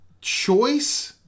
choice